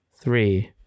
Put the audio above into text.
three